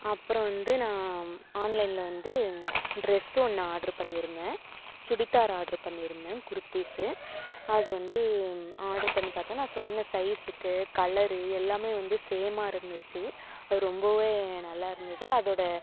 அப்புறம் வந்து நான் ஆன்லைனில் வந்து டிரஸ் ஒன்று ஆர்டர் பண்ணிருந்தேன் சுடிதார் ஆர்டர் பண்ணிருந்தேன் குர்திஸ்சு அது வந்து ஆர்டர் பண்ணி பார்த்தா நான் சொன்ன சைஸ்சுக்கு கலரு எல்லாமே வந்து சேம்மாக இருந்துச்சு அது ரொம்பவே நல்லா இருந்தது அதோட